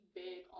big